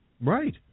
Right